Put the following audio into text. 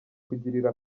kugirira